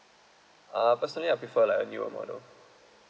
uh personally I prefer like a newer model